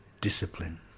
discipline